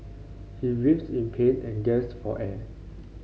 he writhed in pain and gasped for air